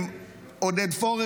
עם עודד פורר,